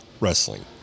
wrestling